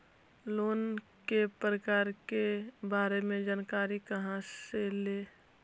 Loan के प्रकार के बारे मे जानकारी कहा से ले?